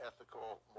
ethical